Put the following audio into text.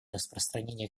распространения